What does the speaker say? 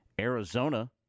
Arizona